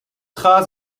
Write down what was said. tra